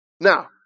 Now